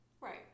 Right